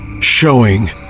showing